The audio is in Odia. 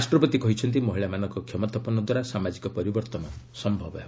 ରାଷ୍ଟ୍ରପତି କହିଛନ୍ତି ମହିଳାମାନଙ୍କ କ୍ଷମତାପନ୍ନ ଦ୍ୱାରା ସାମାଜିକ ପରିବର୍ତ୍ତନ ସମ୍ଭବ ହେବ